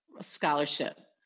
scholarship